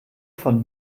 von